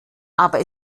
aber